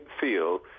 feel